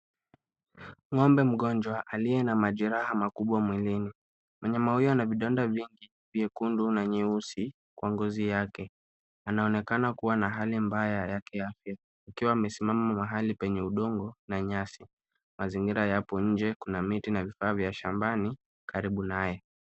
Ng'ombe mgonjwa aliye na majeraha makubwa mwilini. Mnyama huyo ana vidonda vingi vyekundu na nyeusi kwa ngozi yake. Anaonekana kuwa na hali mbaya yake yake akiwa amesimama mahali penye udongo na nyasi. Mazingira yapo nje, kuna miti na vifaa vya shambani karibu naye.